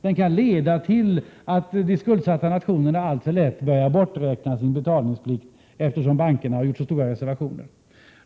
Det kan leda till att de skuldsatta nationerna alltför lätt börjar räkna bort sin betalningsplikt, eftersom bankerna har gjort så stora reservationer.